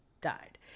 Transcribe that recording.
died